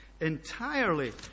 entirely